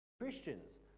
Christians